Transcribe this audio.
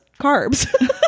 carbs